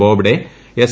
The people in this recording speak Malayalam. ബോബ്ഡേ എസ്